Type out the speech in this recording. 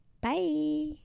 Bye